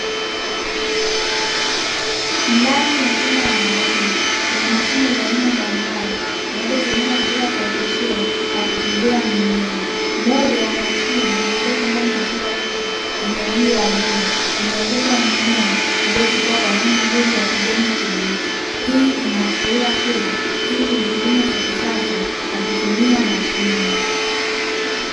Ndani ya chumba maalumu kuna mashine za aina mbalimbali; zinazotumika katika kuoteshea na kukuzia mimea. Moja ya mashine zilizopo ndani ya chumba hicho yenye rangi ya bluu, imeoteshwa mimea iliyochipua kwa rangi nzuri ya kijani kibichi. Hii inaashiria kuwa hichi ni kilimo cha kisasa cha kutumia mashine.